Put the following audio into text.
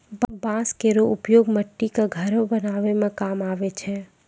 बांस केरो उपयोग मट्टी क घरो बनावै म काम आवै छै